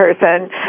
person